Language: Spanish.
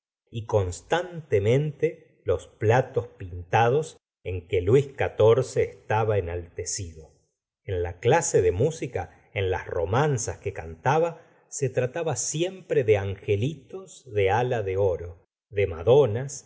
y constantemente los platos pintados en que luis xiv estaba enaltecido en la clase de música en las romanzas que cantaba se trataba siempre de angelitos de alas de oro de madonas